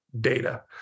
data